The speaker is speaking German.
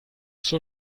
zur